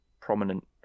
prominent